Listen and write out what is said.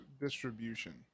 distribution